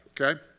Okay